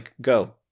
go